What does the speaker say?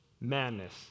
madness